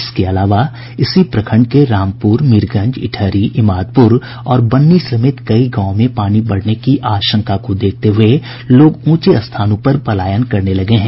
इसके अलावा इसी प्रखंड के रामपुर मीरगंज ईटहरी इमादपुर और बन्नी समेत कई गांवों में पानी बढ़ने की आशंका को देखते हुए लोग ऊंचे स्थानों पर पलायन करने लगे हैं